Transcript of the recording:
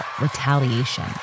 Retaliation